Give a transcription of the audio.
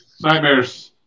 Nightmare's